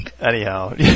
anyhow